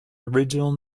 original